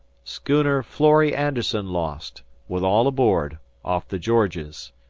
schooner florrie anderson lost, with all aboard, off the georges.